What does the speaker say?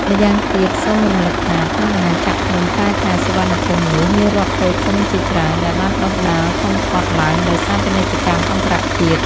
ម្យ៉ាងទៀតសូមរំលឹកថា ក្នុងអាណាចក្រភ្នំប្រែថា សុវណ្ណភូមិនោះ មានរដ្ឋតូចធំជាច្រើន ដែលបានដុះដាលធំធាត់ឡើង ដោយសារពាណិជ្ជកម្មអន្តរជាតិ ។